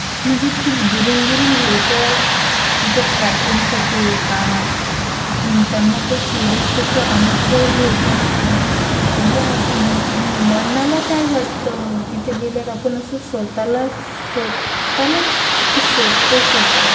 म्हणजे खूप दुरून दुरून लोकं तिथे ट्रॅकिंगसाठी येतात त्यांना ते सूर्यास्तचं अनुभव घ्यायचं असतं एकदम असं मनाला काय वाटतं तिथे गेल्यावर आपण असं स्वतःला स्वतःलाच तिथे शोधतो स्वतः